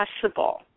possible